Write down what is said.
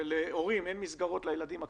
ולהורים אין מסגרות לילדים הקטנים,